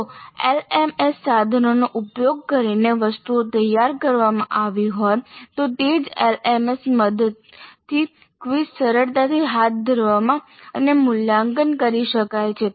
જો એલએમએસના સાધનોનો ઉપયોગ કરીને વસ્તુઓ તૈયાર કરવામાં આવી હોય તો તે જ એલએમએસની મદદથી ક્વિઝ સરળતાથી હાથ ધરવામાં અને મૂલ્યાંકન કરી શકાય છે